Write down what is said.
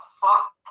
fuck